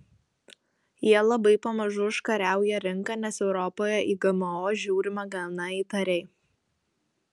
jie labai pamažu užkariauja rinką nes europoje į gmo žiūrima gana įtariai